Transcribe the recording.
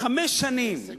חמש שנים,